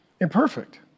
Imperfect